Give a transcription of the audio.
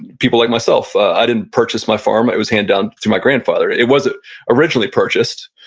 people like myself. i didn't purchase my farm it was hand down to my grandfather. it was ah originally purchased,